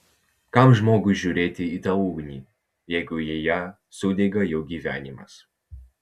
kam žmogui žiūrėti į tą ugnį jeigu joje sudega jo gyvenimas